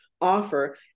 offer